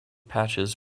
patches